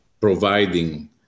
providing